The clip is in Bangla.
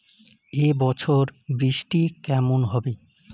এবছর বৃষ্টি কেমন হবে?